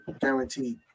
guaranteed